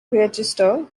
register